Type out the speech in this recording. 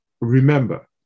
Remember